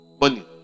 money